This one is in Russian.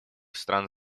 стран